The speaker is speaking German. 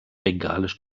bengalisch